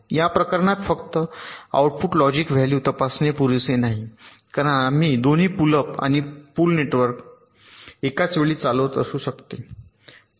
या प्रकरणात फक्त आउटपुटमध्ये लॉजिक व्हॅल्यू तपासणे पुरेसे नाही कारण दोन्ही पुल अप आणि पुल नेटवर्क एकाचवेळी चालवत असू शकते